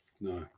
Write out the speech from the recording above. No